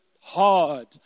hard